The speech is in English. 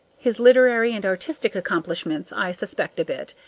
his literary and artistic accomplishments i suspect a bit,